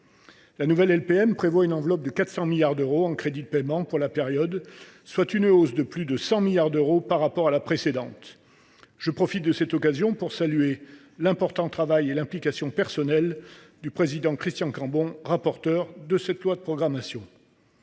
La nouvelle LPM prévoit une enveloppe de 400 milliards d’euros en crédits de paiement pour la période 2024 2030, soit une hausse de plus de 100 milliards d’euros par rapport à la précédente. Je profite de cette occasion pour saluer l’important travail et l’implication personnelle de notre collègue Christian Cambon, ancien président de la commission